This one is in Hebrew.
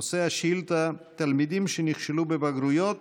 נושא השאילתה: תלמידים שנכשלו בבגרויות